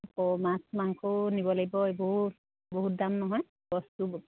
আকৌ মাছ মাংসও নিব লাগিব এইবোৰ বহুত দাম নহয় বস্তু